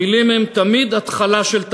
המילים הן תמיד התחלה של תהליך.